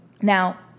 Now